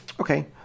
Okay